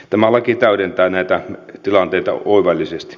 tämä laki täydentää näitä tilanteita oivallisesti